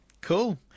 Cool